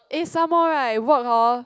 eh some more right work hor